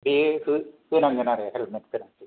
बे होनांगोन आरो हेलमेट तेक्स